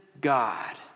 God